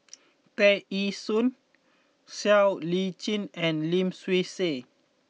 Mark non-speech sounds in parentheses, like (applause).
(noise) Tear Ee Soon Siow Lee Chin and Lim Swee Say